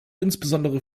insbesondere